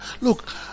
Look